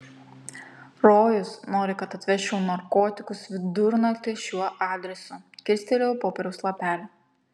rojus nori kad atvežčiau narkotikus vidurnaktį šiuo adresu kilstelėjau popieriaus lapelį